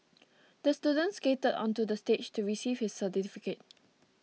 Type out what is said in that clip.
the student skated onto the stage to receive his certificate